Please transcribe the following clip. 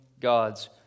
God's